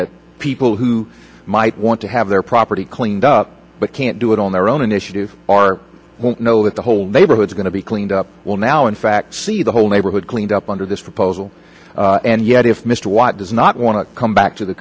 that people who might want to have their property cleaned up but can't do it on their own initiative or don't know that the whole neighborhoods are going to be cleaned up will now in fact see the whole neighborhood cleaned up under this proposal and yet if mr white does not want to come back to the